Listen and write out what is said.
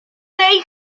tej